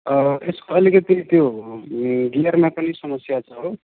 यसको अलिकति त्यो गियरमा पनि समस्या छ हो